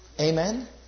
Amen